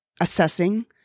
assessing